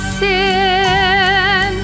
sin